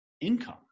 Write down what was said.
income